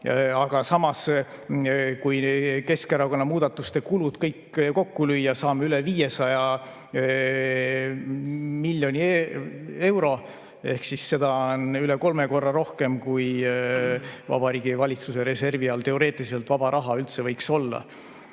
Aga samas, kui Keskerakonna muudatuste kulud kõik kokku lüüa, saame üle 500 miljoni euro ehk siis seda on üle kolme korra rohkem, kui Vabariigi Valitsuse reservis teoreetiliselt vaba raha üldse võiks olla.